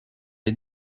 est